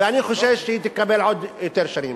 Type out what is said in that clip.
ואני חושש שהיא תקבל עוד שנים.